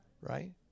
Right